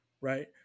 right